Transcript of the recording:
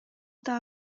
буга